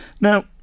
Now